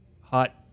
hot